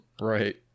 Right